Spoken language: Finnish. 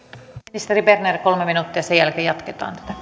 ministeri berner kolme minuuttia sen jälkeen jatketaan